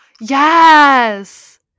Yes